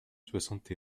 soixante